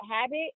habit